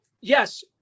yes